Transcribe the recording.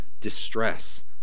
distress